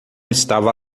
estava